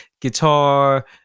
guitar